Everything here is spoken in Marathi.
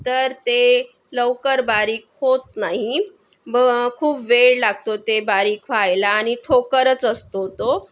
तर ते लवकर बारीक होत नाही व खूप वेळ लागतो ते बारीक व्हायला आणि ठोकरच असतो तो